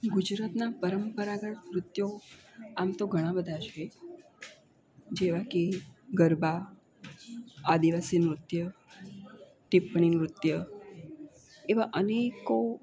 ગુજરાતનાં પરંપરાગત નૃત્યો આમ તો ઘણાં બધાં છે જેવાં કે ગરબા આદિવાસી નૃત્ય ટીપ્પણી નૃત્ય એવાં અનેકો